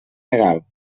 legal